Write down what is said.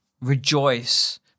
rejoice